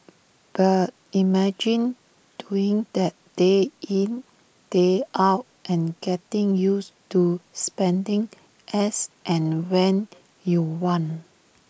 but imagine doing that day in day out and getting used to spending as and when you want